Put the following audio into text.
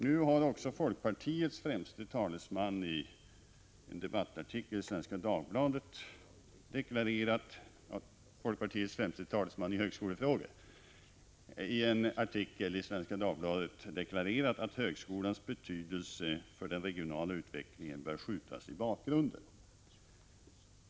Nu har också folkpartiets främste talesman i högskolefrågor, i en artikel i Svenska Dagbladet deklarerat att högskolans betydelse för den regionala utvecklingen bör skjutas i bakgrunden.